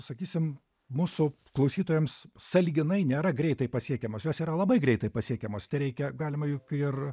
sakysim mūsų klausytojams sąlyginai nėra greitai pasiekiamos jos yra labai greitai pasiekiamos tereikia galima juk ir